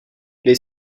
les